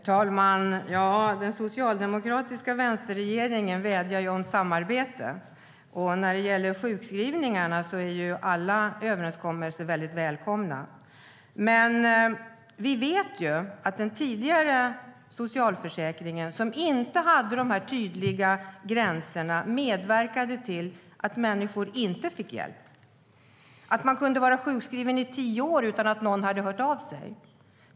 Herr talman! Den socialdemokratiska vänsterregeringen vädjar om samarbete, och när det gäller sjukskrivningarna är alla överenskommelser väldigt välkomna. Vi vet samtidigt att den tidigare socialförsäkringen, som inte hade de här tydliga gränserna, medverkade till att människor inte fick hjälp. Man kunde vara sjukskriven i tio år utan att någon hade hört av sig.